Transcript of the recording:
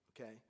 okay